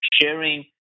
sharing